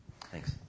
Thanks